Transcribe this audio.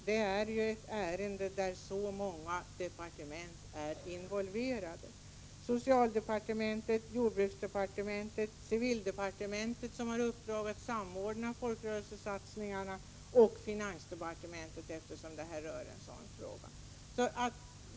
Det är ju ett ärende där många departement är involverade: socialdepartementet, jordbruksdepartementet, civildepartementet, som har i uppdrag att samordna folkrörelsesatsningarna, och finansdepartementet.